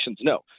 No